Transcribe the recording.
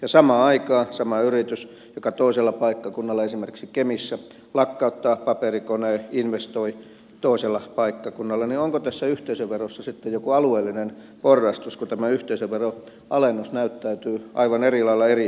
kun samaan aikaan sama yritys joka toisella paikkakunnalla esimerkiksi kemissä lakkauttaa paperikoneen investoi toisella paikkakunnalla niin onko tässä yhteisöverossa sitten joku alueellinen porrastus kun tämä yhteisöveron alennus näyttäytyy aivan eri lailla eri paikkakunnilla